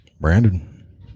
Brandon